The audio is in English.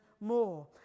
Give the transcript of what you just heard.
more